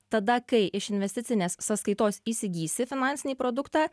tada kai iš investicinės sąskaitos įsigysi finansinį produktą